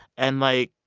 and, like,